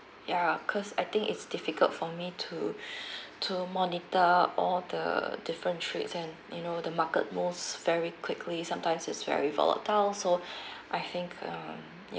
ya cause I think it's difficult for me to to monitor all the different trades and you know the market moves very quickly sometimes it's very volatile so I think err